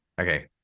Okay